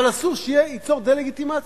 אבל אסור שייצור דה-לגיטימציה.